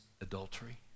adultery